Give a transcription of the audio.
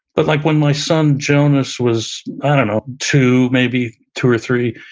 but like when my son jonas was, i don't know two, maybe two or three,